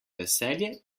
veselje